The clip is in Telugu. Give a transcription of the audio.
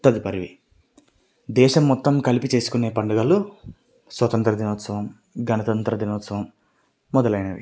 తదుపరివి దేశం మొత్తం కలిపి చేసుకునే పండుగలు స్వతంత్ర దినోత్సవం గణతంత్ర దినోత్సవం మొదలైనవి